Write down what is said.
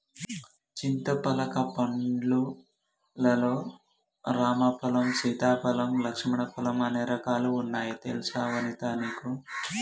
చింతపలక పండ్లు లల్లో రామ ఫలం, సీతా ఫలం, లక్ష్మణ ఫలం అనే రకాలు వున్నాయి తెలుసా వనితా నీకు